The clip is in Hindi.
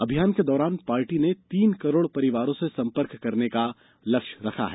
अभियान के दौरान पार्टी ने तीन करोड़ परिवारों से सम्पर्क का लक्ष्य रखा है